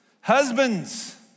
Husbands